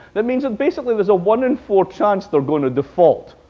that means that basically there's a one in four chance they're going to default.